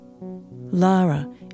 Lara